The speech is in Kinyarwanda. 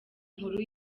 nkuru